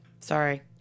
Sorry